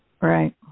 Right